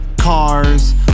cars